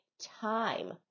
time